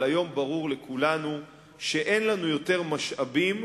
אבל היום ברור לכולנו שאין לנו יותר משאבים,